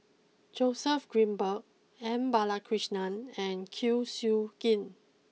Joseph Grimberg M Balakrishnan and Kwek Siew Jin